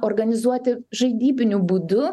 organizuoti žaidybiniu būdu